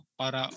para